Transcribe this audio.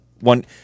one –